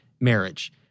marriage